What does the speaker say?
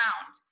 found